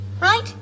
Right